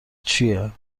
چیه